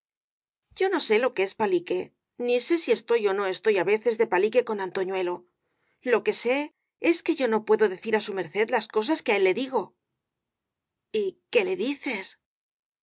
yo no sé lo que es palique ni sé si estoy ó no estoy á veces de palique con antoñuelo lo que sé es que yo no puedo decir á su merced las cosas que á él le digo y qué le dices